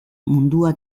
mundua